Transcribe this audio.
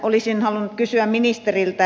olisin halunnut kysyä ministeriltä